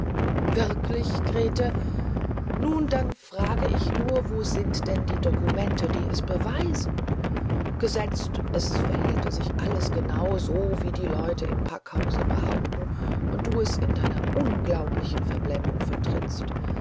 wirklich grete nun dann frage ich nur wo sind denn die dokumente die es beweisen gesetzt es verhielte sich alles genau so wie die leute im packhause behaupten und du es in deiner unglaublichen verblendung vertrittst